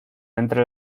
entre